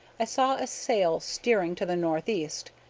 i saw a sail steering to the northeast.